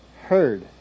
heard